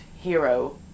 hero